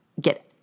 get